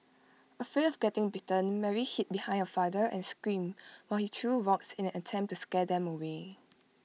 afraid of getting bitten Mary hid behind her father and screamed while he threw rocks in an attempt to scare them away